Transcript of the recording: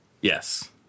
yes